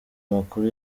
makuru